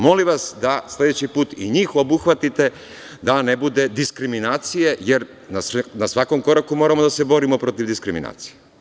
Molim vas da sledeći put i njih obuhvatite, da ne bude diskriminacije, jer na svakom koraku moramo da se borimo protiv diskriminacije.